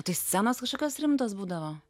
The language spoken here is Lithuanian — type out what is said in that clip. tai scenos kažkokios rimtos būdavo